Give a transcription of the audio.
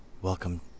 Welcome